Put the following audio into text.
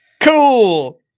Cool